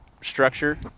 structure